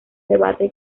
debate